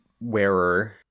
wearer